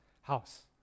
house